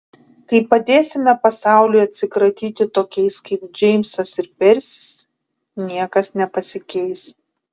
kai padėsime pasauliui atsikratyti tokiais kaip džeimsas ir persis niekas nepasikeis